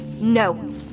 No